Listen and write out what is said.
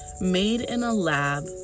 made-in-a-lab